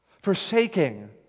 forsaking